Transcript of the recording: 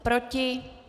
Proti?